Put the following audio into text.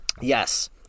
Yes